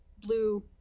blue,